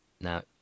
Now